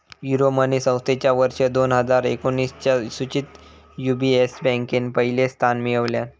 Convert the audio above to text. Euromoney संस्थेच्या वर्ष दोन हजार एकोणीसच्या सुचीत यू.बी.एस बँकेन पहिला स्थान मिळवल्यान